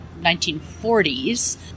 1940s